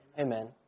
Amen